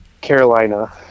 Carolina